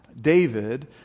David